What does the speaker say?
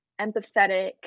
empathetic